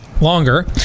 longer